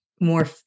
more